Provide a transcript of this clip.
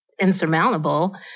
insurmountable